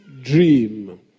dream